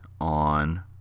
on